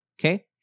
Okay